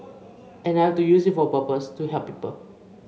and I have to use it for a purpose to help people